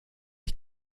ich